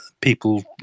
people